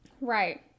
Right